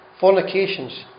fornications